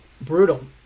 Brutal